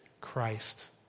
Christ